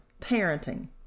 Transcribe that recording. parenting